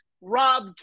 Rob